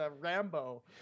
Rambo